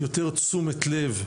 יותר תשומת לב,